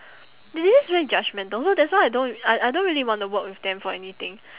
it is right judgemental so that's why I don't I I don't really want to work with them for anything